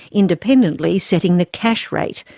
independently setting the cash rate,